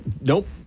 Nope